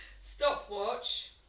Stopwatch